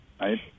right